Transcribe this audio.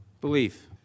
belief